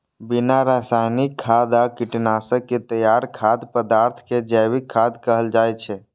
बिना रासायनिक खाद आ कीटनाशक के तैयार खाद्य पदार्थ कें जैविक खाद्य कहल जाइ छै